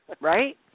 Right